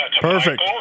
Perfect